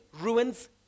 ruins